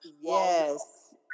Yes